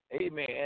amen